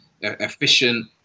efficient